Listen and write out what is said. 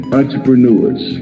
entrepreneurs